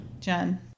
Jen